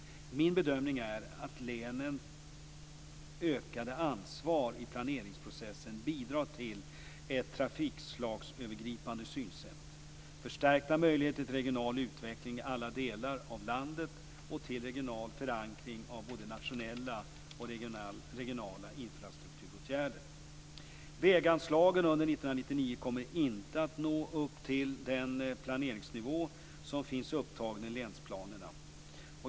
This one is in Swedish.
Min bedömning är att länens ökade ansvar i planeringsprocessen bidrar till ett trafikslagsövergripande synsätt, till förstärkta möjligheter för regional utveckling i alla delar av landet och till regional förankring av både nationella och regionala infrastrukturåtgärder. Väganslagen under 1999 kommer inte att nå upp till den planeringsnivå som finns upptagen i länsplanerna.